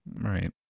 Right